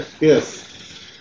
Yes